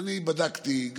אני בדקתי,